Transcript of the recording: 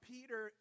Peter